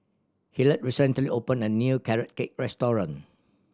Hillard recently opened a new Carrot Cake restaurant